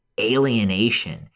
alienation